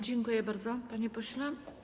Dziękuję bardzo, panie pośle.